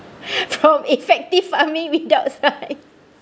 from effective farming without science